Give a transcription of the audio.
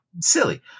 silly